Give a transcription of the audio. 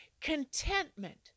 Contentment